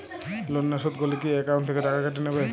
Loan না শোধ করলে কি একাউন্ট থেকে টাকা কেটে নেবে?